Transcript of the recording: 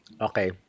Okay